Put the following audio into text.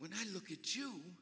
when you